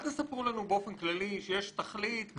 אל תספרו לנו באופן כללי שיש תכלית.